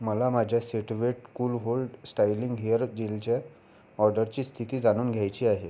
मला माझ्या set wet cool hold styling hair जेलच्या ऑर्डरची स्थिती जाणून घ्यायची आहे